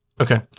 okay